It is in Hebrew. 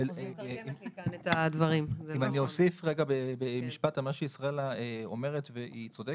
אני אוסיף משפט על מה שישראלה אומרת והיא צודקת.